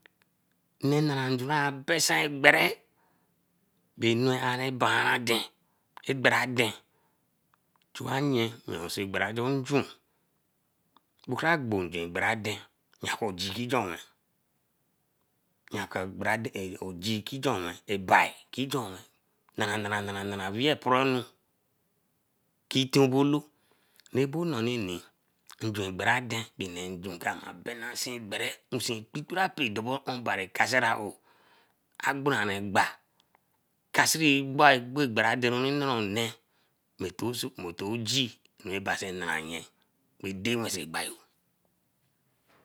Nne nara nju ra besan bere bae anu are banra-aden, ebere-aden toa nyen si gwan to juen. Bo kra gbo nju gbora aden, nanku ogegee jon wen yanku ogee ki don wen, ebii ki jon wen ogee ki jun wen nara nara wee a poonu kitobolu, abo noninii, agbaran aden jun kan na aransin gbere obari kase raoo, agbonrare egba. Kasiri bo aden owi norone moto-ogee basen narayen